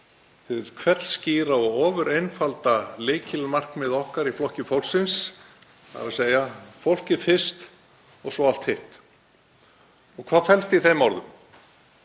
hið hvellskýra og ofureinfalda lykilmarkmið okkar í Flokki fólksins: Fólkið fyrst, svo allt hitt. Hvað felst í þeim orðum?